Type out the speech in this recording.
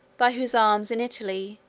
by whose arms, in italy,